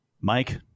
Mike